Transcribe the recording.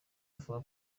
avuga